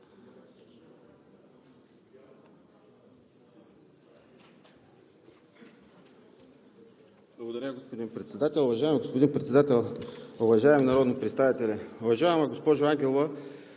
благодаря, господин Председател. Уважаеми господин Председател, уважаеми народни представители, уважаеми представители